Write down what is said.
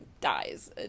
dies